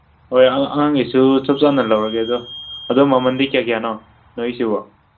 ꯍꯣꯏ ꯑꯉꯥꯡꯒꯤꯁꯨ ꯆꯞ ꯆꯥꯅ ꯂꯧꯔꯒꯦ ꯑꯗꯨ ꯑꯗꯨ ꯃꯃꯟꯗꯤ ꯀꯌꯥ ꯀꯌꯥꯅꯣ ꯅꯣꯏꯁꯤꯕꯣ